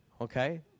Okay